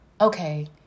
Okay